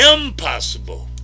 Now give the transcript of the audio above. impossible